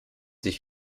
sich